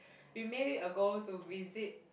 we made it a goal to visit